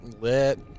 lit